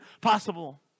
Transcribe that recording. possible